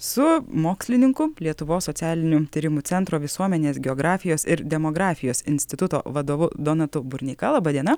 su mokslininku lietuvos socialinių tyrimų centro visuomenės geografijos ir demografijos instituto vadovu donatu burneika laba diena